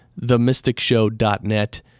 themysticshow.net